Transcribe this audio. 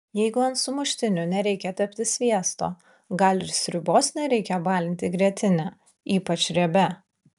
jeigu ant sumuštinių nereikia tepti sviesto gal ir sriubos nereikia balinti grietine ypač riebia